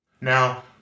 Now